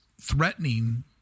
threatening